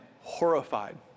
horrified